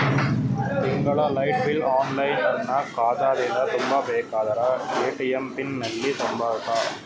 ತಿಂಗಳ light bill online ನನ್ನ ಖಾತಾ ದಿಂದ ತುಂಬಾ ಬೇಕಾದರ ಎ.ಟಿ.ಎಂ ಪಿನ್ ಎಲ್ಲಿ ತುಂಬೇಕ?